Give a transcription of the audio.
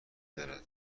دارد